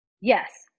Yes